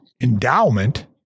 endowment